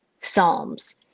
Psalms